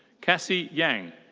cassie yang.